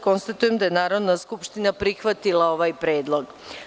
Konstatujem da je Narodna skupština prihvatila ovaj predlog.